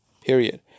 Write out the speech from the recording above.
period